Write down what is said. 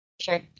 Sure